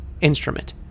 instrument